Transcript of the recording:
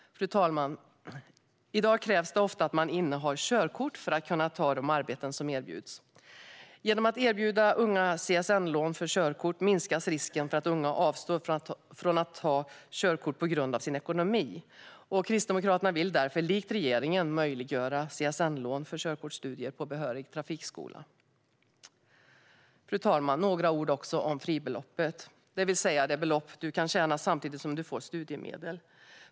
Fru talman! I dag krävs det ofta att man innehar körkort för att kunna ta de arbeten som erbjuds. Genom att erbjuda unga CSN-lån för körkort minskar risken att unga avstår från att ta körkort på grund av sin ekonomi. Kristdemokraterna vill därför, likt regeringen, möjliggöra för CSN-lån för körkortsstudier på en behörig trafikskola. Fru talman! Jag vill också säga några ord om fribeloppet, det vill säga det belopp man kan tjäna samtidigt som man får studiemedel.